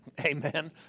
Amen